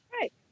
Right